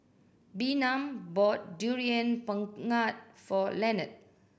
Bynum bought Durian Pengat for Lenard